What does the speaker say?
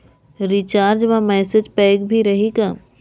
Recharge मा message pack भी रही का?